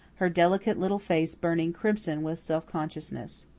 her delicate little face burning crimson with self-consciousness.